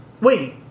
Wait